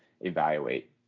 evaluate